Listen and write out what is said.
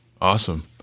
Awesome